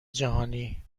جهانی